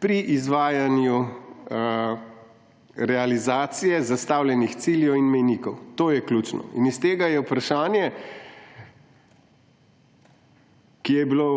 pri izvajanju realizacije zastavljenih ciljev in mejnikov. To je ključno. Iz tega je vprašanje, ki je bilo